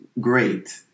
Great